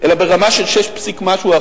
אלא ברמה של 6% ומשהו,